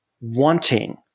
wanting